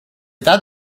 that